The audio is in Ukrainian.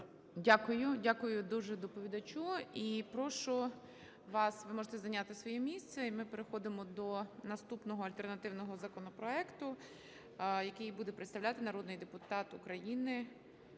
Дякую, дякую дуже доповідачу. І прошу вас, ви можете зайняти своє місце. І ми переходимо до наступного альтернативного законопроекту, який буде представляти народний депутат України